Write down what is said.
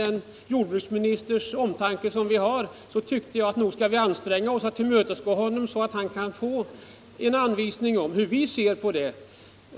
Jag tyckte att vi skulle anstränga oss att tillmötesgå jordbruksministern så att han kunde få en uppfattning om hur vi ser på problemet.